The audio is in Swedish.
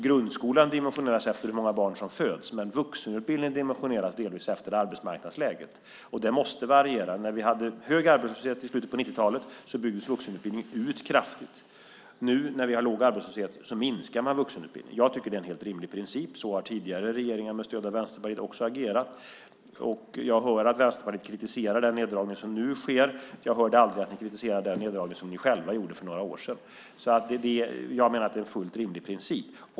Grundskolan dimensionerar sig själv efter hur många barn som föds. Vuxenutbildningen dimensioneras delvis efter arbetsmarknadsläget. Den måste variera. När vi hade hög arbetslöshet i slutet på 90-talet byggdes vuxenutbildningen ut kraftigt. Nu när vi har låg arbetslöshet minskar man vuxenutbildningen. Jag tycker att det är en helt rimlig princip. Så har tidigare regeringar med stöd av Vänsterpartiet också agerat. Jag hör att Vänsterpartiet kritiserar den neddragning som nu sker. Jag hörde aldrig att ni kritiserade den neddragning som ni själva gjorde för några år sedan. Jag menar att det är en fullt rimlig princip.